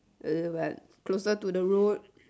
uh but closer to the road